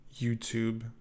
youtube